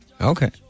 Okay